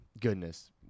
Goodness